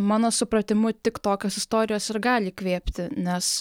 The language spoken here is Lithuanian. mano supratimu tik tokios istorijos ir gali įkvėpti nes